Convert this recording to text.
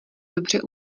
dobře